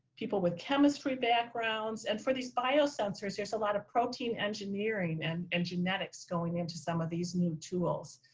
people with chemistry backgrounds, and for these biosensors, there's a lot of protein engineering and and genetics going into some of these new tools.